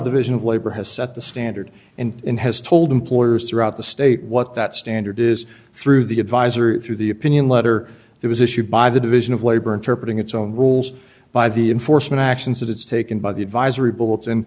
division of labor has set the standard and has told employers throughout the state what that standard is through the advisor through the opinion letter that was issued by the division of labor interpret its own rules by the enforcement actions that it's taken by the advisory boards and